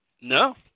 No